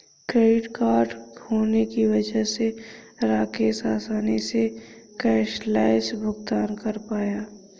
credit card होने की वजह से राकेश आसानी से कैशलैस भुगतान कर पाया